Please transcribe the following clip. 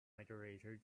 iterator